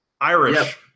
Irish